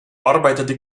arbeitete